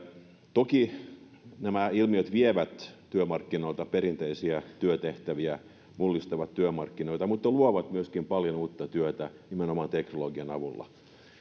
toki nämä ilmiöt vievät työmarkkinoilta perinteisiä työtehtäviä mullistavat työmarkkinoita mutta luovat myöskin paljon uutta työtä nimenomaan teknologian avulla